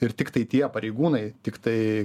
ir tiktai tie pareigūnai tiktai